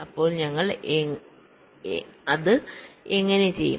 അപ്പോൾ ഞങ്ങൾ അത് എങ്ങനെ ചെയ്യും